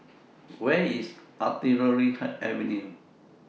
Where IS Artillery Avenue